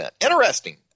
Interesting